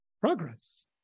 progress